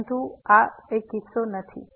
પરંતુ આ કિસ્સો નથી